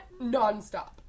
nonstop